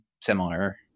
similar